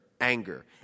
anger